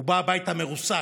הוא בא הביתה מרוסק.